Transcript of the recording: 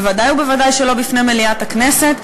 בוודאי ובוודאי שלא בפני מליאת הכנסת,